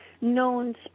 known